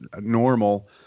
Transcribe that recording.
normal